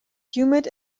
humid